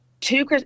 Two